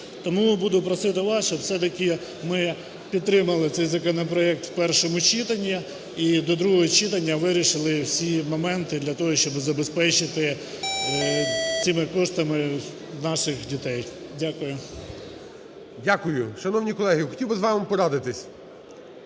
Тому буду просити вас, щоб все-таки ми підтримали цей законопроект у першому читанні і до другого читання вирішили всі моменти для того, щоб забезпечити цими коштами наших дітей. Дякую. ГОЛОВУЮЧИЙ. Дякую. Шановні колеги, хотів би з вами порадитись.